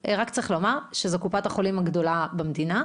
רק צריך לומר שזו קופת החולים הגדולה במדינה,